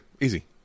easy